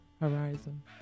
Horizon